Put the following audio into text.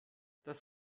das